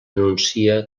anuncia